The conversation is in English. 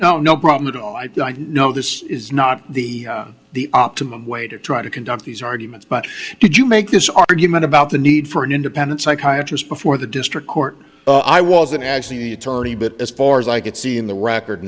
no no problem at all i know this is not the optimum way to try to conduct these arguments but did you make this argument about the need for an independent psychiatrist before the district court i wasn't actually an attorney but as far as i could see in the record